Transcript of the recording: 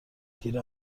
تیر